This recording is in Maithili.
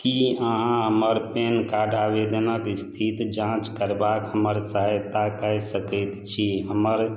की अहाँ हमर पैन कार्ड आवेदनक स्थित जाँच करबाक हमर सहायता कै सकैत छी हमर